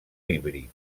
híbrid